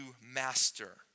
master